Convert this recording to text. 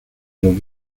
los